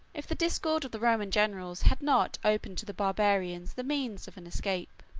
if the discord of the roman generals had not opened to the barbarians the means of an escape.